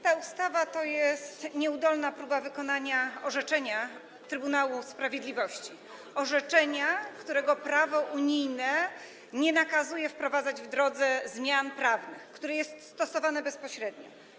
Ta ustawa to jest nieudolna próba wykonania orzeczenia Trybunału Sprawiedliwości - orzeczenia, którego prawo unijne nie nakazuje wprowadzać w drodze zmian prawnych, które jest stosowane bezpośrednio.